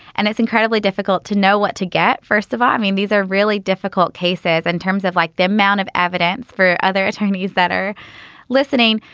and it's incredibly difficult to know what to get. first of all, i mean, these are really difficult cases in terms of like the amount of evidence for other attorneys that are listening.